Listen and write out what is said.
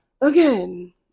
Again